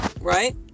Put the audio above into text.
right